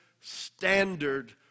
standard